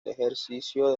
ejercicio